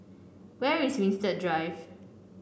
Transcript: where is Winstedt Drive